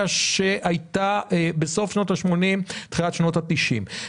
שהייתה בסוף שנות ה-80' תחילת שנות ה-90'.